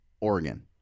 Oregon